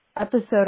episode